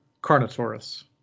Carnotaurus